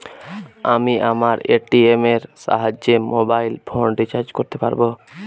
আমি আমার এ.টি.এম এর সাহায্যে মোবাইল ফোন রিচার্জ করতে পারব?